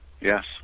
Yes